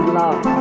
love